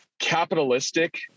capitalistic